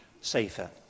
safer